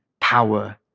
power